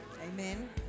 amen